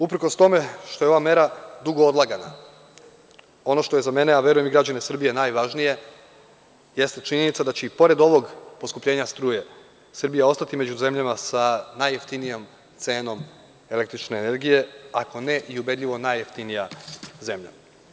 Uprkos tome što je ova mera dugo odlagana, ono što je za mene, a verujem i građane Srbije, najvažnije jeste činjenica da će i pored ovog poskupljenja struje Srbija ostati među zemljama sa najjeftinijom cenom električne energije, ako ne i ubedljivo najjeftinija zemlja.